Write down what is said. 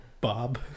Bob